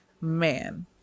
man